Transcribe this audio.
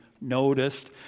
noticed